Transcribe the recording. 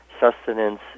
Sustenance